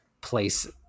place